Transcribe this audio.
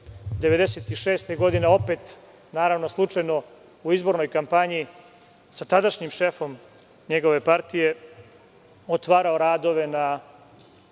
1996. godine opet, naravno slučajno, u izbornoj kampanji sa tadašnjim šefom njegove partije otvarao radove na